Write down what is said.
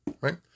right